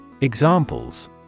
Examples